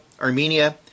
Armenia